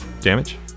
damage